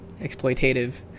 exploitative